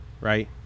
right